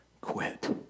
quit